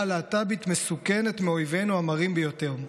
הלהט"בית מסוכנת מאויבינו המרים ביותר,